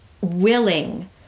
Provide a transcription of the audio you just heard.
willing